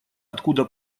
откуда